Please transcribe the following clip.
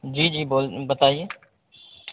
جی جی بول بتائیے